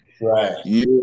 Right